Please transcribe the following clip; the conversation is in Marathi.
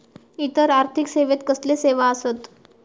इतर आर्थिक सेवेत कसले सेवा आसत?